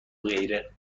غیره